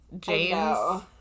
James